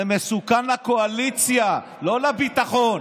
זה מסוכן לקואליציה, לא לביטחון.